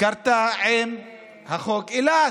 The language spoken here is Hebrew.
קרתה עם חוק אילת.